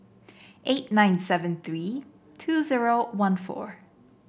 eight nine seven three two zero one four